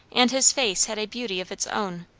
and his face had a beauty of its own,